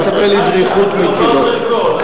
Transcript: אני מצפה לדריכות מצדו.